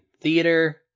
theater